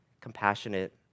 compassionate